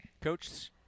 Coach